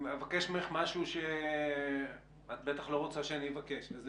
משהו שאת בטח לא רוצה שאני אבקש וזה